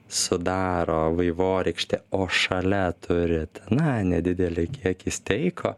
sudaro vaivorykštė o šalia turit na nedidelį kiekį steiko